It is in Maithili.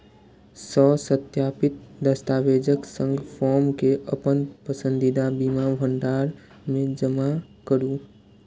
स्वसत्यापित दस्तावेजक संग फॉर्म कें अपन पसंदीदा बीमा भंडार मे जमा करू